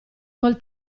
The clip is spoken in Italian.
col